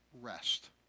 rest